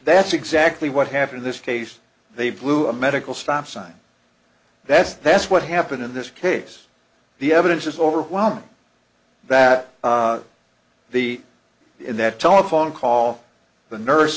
that's exactly what happened in this case they blew a medical stop sign that's that's what happened in this case the evidence is overwhelming that the in that telephone call the nurse